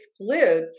exclude